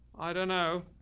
i don't know.